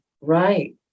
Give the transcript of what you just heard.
Right